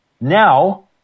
Now –